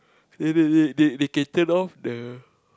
they they they they can turn off the